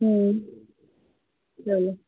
چلو